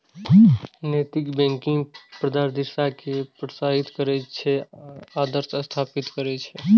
नैतिक बैंकिंग पारदर्शिता कें प्रोत्साहित करै छै आ आदर्श स्थापित करै छै